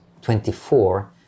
24